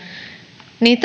niin